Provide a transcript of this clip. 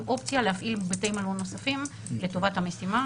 אופציה להפעיל בתי מלון נוספים לטובת המשימה.